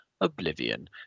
oblivion